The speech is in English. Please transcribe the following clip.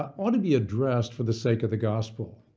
ought to be addressed for the sake of the gospel.